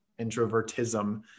introvertism